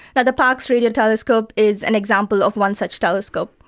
the the parkes radio telescope is an example of one such telescope.